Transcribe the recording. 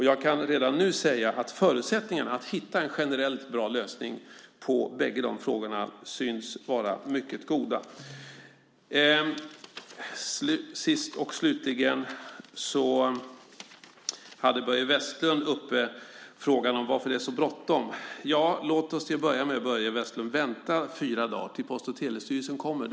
Jag kan redan nu säga att förutsättningarna att hitta en generellt bra lösning på bägge de frågorna syns vara mycket goda. Sist och slutligen hade Börje Vestlund uppe frågan om varför det är så bråttom. Vänta fyra dagar tills Post och telestyrelsens utredning kommer!